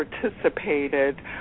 participated